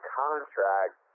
contract